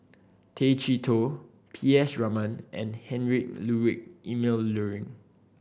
Tay Chee Toh P S Raman and Heinrich Ludwig Emil Luering